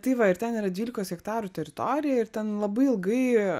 tai va ir ten yra dvylikos hektarų teritorija ir ten labai ilgai